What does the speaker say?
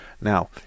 Now